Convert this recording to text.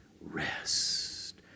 rest